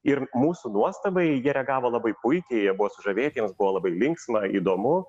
ir mūsų nuostabai jie reagavo labai puikiai jie buvo sužavėti jiems buvo labai linksma įdomu